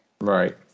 Right